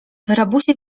rabusie